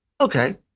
okay